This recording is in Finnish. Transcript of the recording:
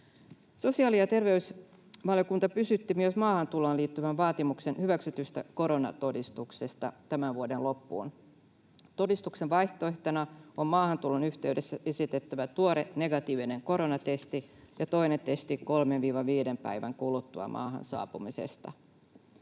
Sosiaali‑ ja terveysvaliokunta piti myös maahantuloon liittyvän vaatimuksen hyväksytystä koronatodistuksesta tämän vuoden loppuun. Todistuksen vaihtoehtona ovat maahantulon yhteydessä esitettävä tuore negatiivinen koronatesti ja toinen testi 3—5 päivän kuluttua maahan saapumisesta.